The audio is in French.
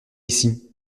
ici